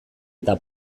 eta